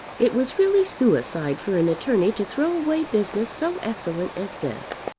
it was really suicide for an attorney to throw away business so excellent as this.